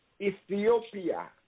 Ethiopia